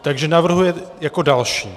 Takže navrhujete jako další.